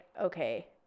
okay